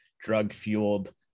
drug-fueled